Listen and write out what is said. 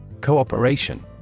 Cooperation